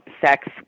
sex